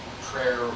prayer